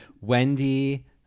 Wendy